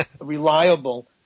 reliable